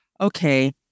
okay